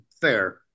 fair